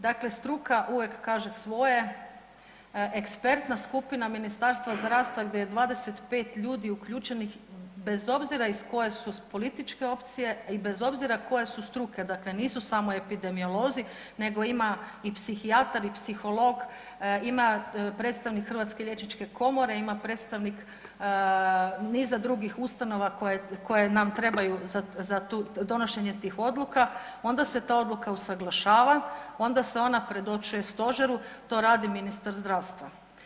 Dakle, struka uvijek kaže svoje, ekspertna skupina Ministarstva zdravstva gdje je 25 ljudi uključenih bez obzira iz koje su političke opcije i bez obzira koje su struke, dakle nisu samo epidemiolozi, nego ima i psihijatar i psiholog, ima predstavnik Hrvatske liječničke komore, ima predstavnik niza drugih ustanova koje, koje nam trebaju za tu, donošenje tih odluka, onda se ta odluka usaglašava, onda se ona predočuje stožer, to radi ministar zdravstva.